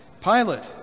Pilate